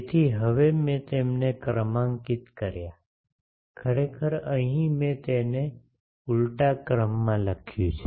તેથી હવે મેં તેમને ક્રમાંકિત કર્યા ખરેખર અહીં મેં તેને ઉલટા ક્રમમાં લખ્યું છે